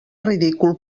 ridícul